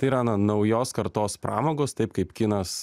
tai yra na naujos kartos pramogos taip kaip kinas